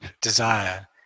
desire